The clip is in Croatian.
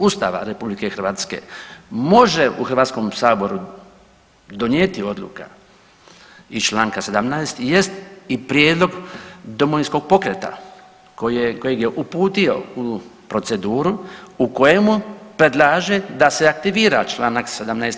Ustava RH može u HS-u donijeti odluka iz čl. 17 jest i prijedlog Domovinskog pokreta kojeg je uputio u proceduru u kojemu predlaže da se aktivira čl. 17.